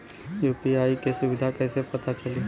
UPI क सुविधा कैसे पता चली?